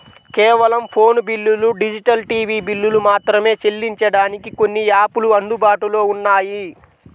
కేవలం ఫోను బిల్లులు, digital TV బిల్లులు మాత్రమే చెల్లించడానికి కొన్ని యాపులు అందుబాటులో ఉన్నాయి